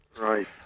Right